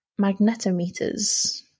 magnetometers